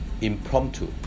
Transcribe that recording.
impromptu